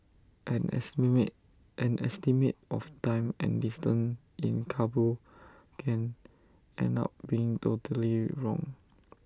an estimate an estimate of time and distance in Kabul can end up being totally wrong